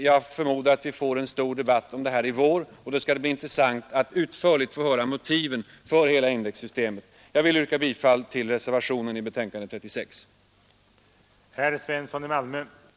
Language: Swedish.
Jag förmodar att vi får en stor debatt om denna fråga i vår, och det skall då bli intressant att utförligt få höra motiven för hela indexsystemet. Jag vill yrka bifall till reservationen i socialförsäkringsutskottets betänkande nr 36.